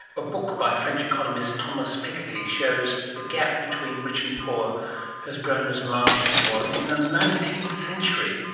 a book by french economist thomas piketty shows the gap between rich and poor has grown as large as it was in the nineteenth century.